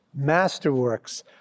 masterworks